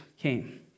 came